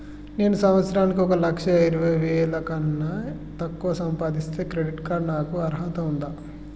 నేను సంవత్సరానికి ఒక లక్ష ఇరవై వేల కన్నా తక్కువ సంపాదిస్తే క్రెడిట్ కార్డ్ కు నాకు అర్హత ఉందా?